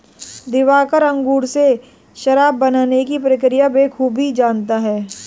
दिवाकर अंगूर से शराब बनाने की प्रक्रिया बखूबी जानता है